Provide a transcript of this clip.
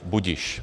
Budiž.